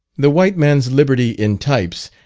the white man's liberty in types,